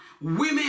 women